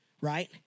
Right